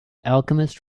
alchemist